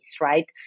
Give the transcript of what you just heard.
right